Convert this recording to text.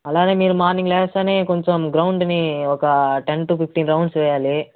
అలానే మీరు మార్నింగ్ లేస్తానే కొంచెం గ్రౌండ్ని ఒక టెన్ టు ఫిఫ్టీన్ రౌండ్స్ వెయ్యాలి